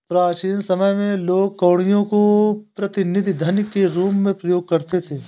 प्राचीन समय में लोग कौड़ियों को प्रतिनिधि धन के रूप में प्रयोग करते थे